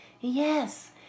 Yes